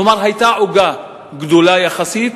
כלומר היתה עוגה גדולה יחסית,